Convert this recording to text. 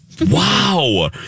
Wow